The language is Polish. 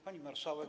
Pani Marszałek!